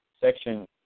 section